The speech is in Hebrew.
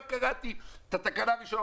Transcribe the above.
רק קראתי את התקנה הראשונה,